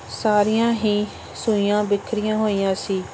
ਸਾਰੀਆਂ ਹੀ ਸੂਈਆਂ ਵਿੱਖਰੀਆਂ ਹੋਈਆਂ ਸੀ